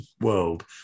world